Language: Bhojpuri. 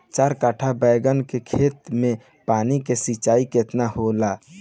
चार कट्ठा बैंगन के खेत में पानी के सिंचाई केतना होला?